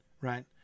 right